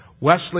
Wesley